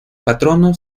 patrono